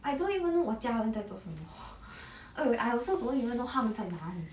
I don't even know 我家人在做什么 oh wait I also don't you even know 他们在哪里